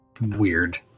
weird